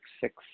six